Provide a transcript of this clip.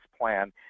plan